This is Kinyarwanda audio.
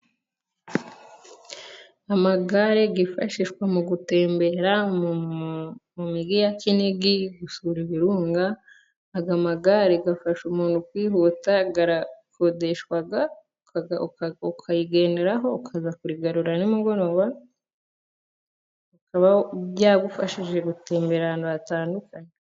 Amagare y'ifashishwa mu gutembera mu mijyi wa kinigi gusura ibirunga, aya magare afasha umuntu kwihuta, arakodeshwa ukarigenderaho ukaza kurigarura nimugoroba rikaba ryagufashije gutembera ahantu hatandukanye.